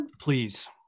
Please